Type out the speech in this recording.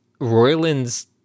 Royland's